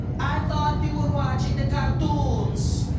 i thought you were watching the cartoons